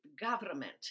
government